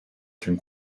can